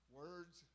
words